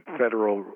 federal